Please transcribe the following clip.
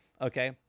Okay